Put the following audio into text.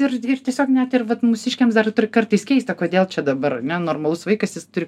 ir ir tiesiog net ir vat mūsiškiams dar kartais keista kodėl čia dabar ane normalus vaikas jis turi